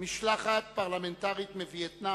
משלחת פרלמנטרית מווייטנאם.